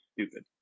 stupid